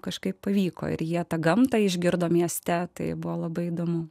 kažkaip pavyko ir jie tą gamtą išgirdo mieste tai buvo labai įdomu